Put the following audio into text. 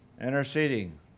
interceding